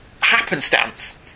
happenstance